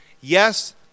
yes